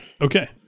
Okay